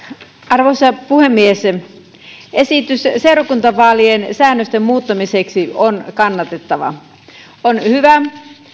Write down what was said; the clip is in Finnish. arvoisa puhemies esitys seurakuntavaalien säännösten muuttamiseksi on kannatettava on hyvä